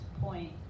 point